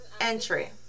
entry